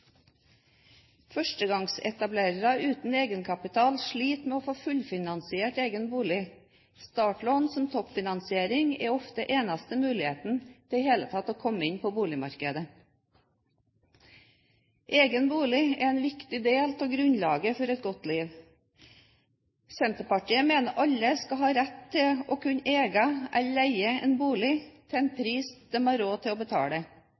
Førstegangsetablerere uten egenkapital sliter med å få fullfinansiert egen bolig. Startlån som toppfinansiering er ofte eneste mulighet til i det hele tatt å komme inn på boligmarkedet. Egen bolig er en viktig del av grunnlaget for et godt liv. Senterpartiet mener alle skal ha rett til å kunne eie eller leie en bolig til en pris de har råd til å betale,